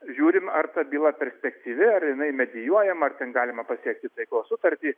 žiūrim ar ta byla perspektyvi ar jinai medijuojama ar tik galima pasiekti taikos sutartį